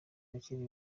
abakiri